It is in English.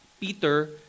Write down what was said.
Peter